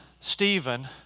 Stephen